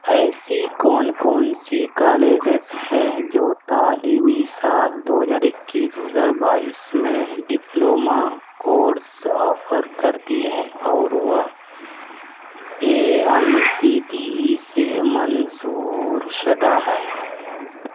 ایسی کون کون سی کالجیز ہیں جو تعلیمی سال دو ہزار اکیس دو ہزار بائیس میں ڈپلومہ کورس آفر کرتی ہیں اور وہ A I C T E سے منظور شدہ ہیں